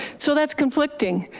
so that's conflicting.